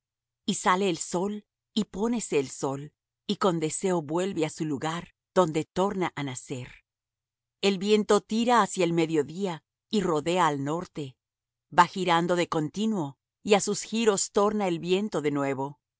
y sale el sol y pónese el sol y con deseo vuelve á su lugar donde torna á nacer el viento tira hacia el mediodía y rodea al norte va girando de continuo y á sus giros torna el viento de nuevo